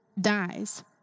dies